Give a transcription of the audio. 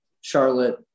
Charlotte